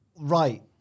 Right